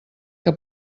que